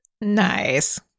Nice